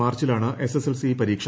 മാർച്ചിലാണ് SSLC പരീക്ഷ